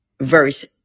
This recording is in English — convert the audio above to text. verse